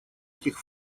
этих